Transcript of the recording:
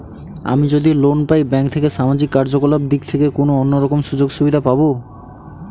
আমি যদি লোন পাই ব্যাংক থেকে সামাজিক কার্যকলাপ দিক থেকে কোনো অন্য রকম সুযোগ সুবিধা পাবো?